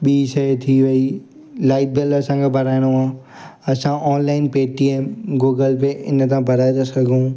ॿीं शइ थी वेई लाइट जो बिल असांखे भराइणो आहे असां ऑनलाइन पेटीएम गूगल पे हिन था भराए था सघूं